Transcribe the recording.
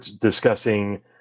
discussing